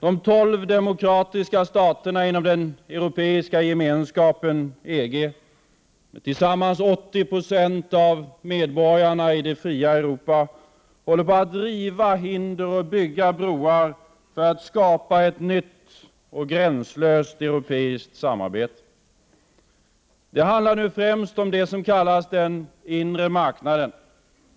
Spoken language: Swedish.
De tolv demokratiska staterna inom den Europeiska gemenskapen, EG, med tillsammans 80 96 av medborgarna i det fria Europa, håller på att riva hinder och bygga broar för att skapa ett nytt och gränslöst europeiskt samarbete. Det handlar nu främst om det som kallas den inre marknaden.